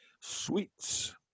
Sweets